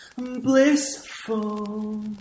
Blissful